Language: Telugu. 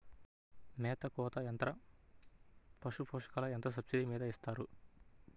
మేత కోత యంత్రం పశుపోషకాలకు ఎంత సబ్సిడీ మీద ఇస్తారు?